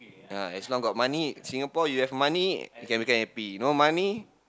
ya so long got money Singapore you have money you can become happy you no money